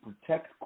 protect